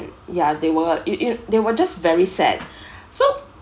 ya they were y~ y~ they were just very sad so